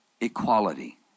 equality